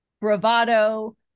bravado